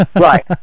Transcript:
Right